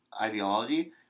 ideology